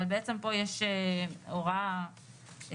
אבל בעצם פה יש הוראה גורפת.